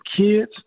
kids